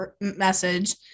message